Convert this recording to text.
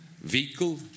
vehicle